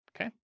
Okay